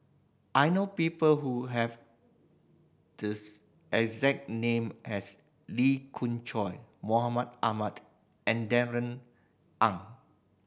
I know people who have these exact name as Lee Khoon Choy Mahmud Ahmad and Darrell Ang